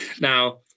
Now